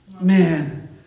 Man